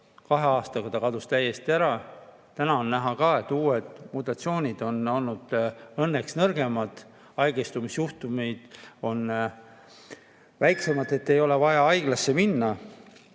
kahe aastaga kadus täiesti ära. Täna on näha ka seda, et uued mutatsioonid on olnud õnneks nõrgemad. Haigestumisjuhtumid on [kergemad], nii et ei ole vaja haiglasse minna.